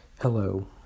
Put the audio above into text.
Hello